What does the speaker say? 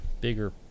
bigger